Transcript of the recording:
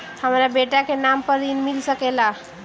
हमरा बेटा के नाम पर ऋण मिल सकेला?